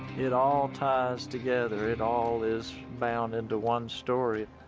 it all ties together. it all is bound into one story.